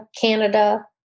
Canada